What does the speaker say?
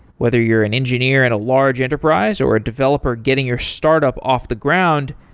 whether you're an engineer at a large enterprise, or a developer getting your startup off the ground,